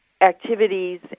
activities